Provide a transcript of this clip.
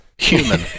Human